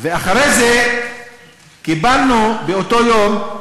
ואחרי זה קיבלנו, באותו יום,